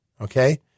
okay